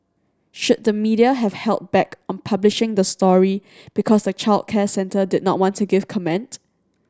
should the media have held back on publishing the story because the childcare centre did not want to give comment